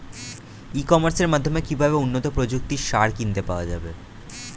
ই কমার্সের মাধ্যমে কিভাবে উন্নত প্রযুক্তির সার কিনতে পাওয়া যাবে?